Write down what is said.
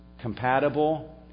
compatible